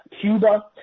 Cuba